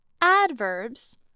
adverbs